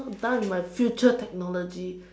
not done with my future technology